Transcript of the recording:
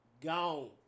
Gone